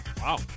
Wow